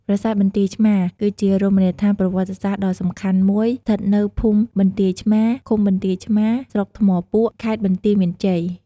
ប្រាសាទបន្ទាយឆ្មារ គឺជារមណីយដ្ឋានប្រវត្តិសាស្ត្រដ៏សំខាន់មួយស្ថិតនៅភូមិបន្ទាយឆ្មារ ឃុំបន្ទាយឆ្មារ ស្រុកថ្មពួក ខេត្តបន្ទាយមានជ័យ។